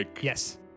Yes